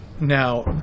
Now